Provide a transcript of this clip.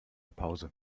pause